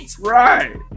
right